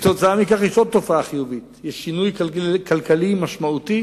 כתוצאה מכך יש עוד תופעה חיובית: שינוי כלכלי משמעותי,